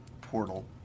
portal